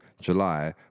July